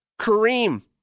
Kareem